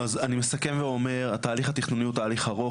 אז אני מסכם ואומר התהליך התכנוני הוא תהליך ארוך,